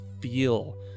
feel